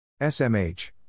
SMH